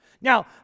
Now